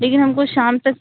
لیکن ہم کو شام تک